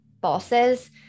bosses